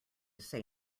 say